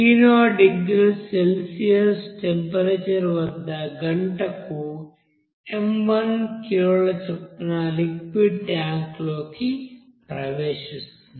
T0 డిగ్రీల Celsius temperature వద్ద గంటకు m1 కిలోల చొప్పున లిక్విడ్ ట్యాంక్లోకి ప్రవేశిస్తుంది